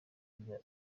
kujya